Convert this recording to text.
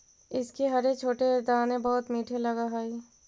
इसके हरे छोटे दाने बहुत मीठे लगअ हई